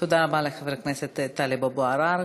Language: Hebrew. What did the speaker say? תודה רבה לחבר הכנסת טלב אבו עראר.